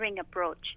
approach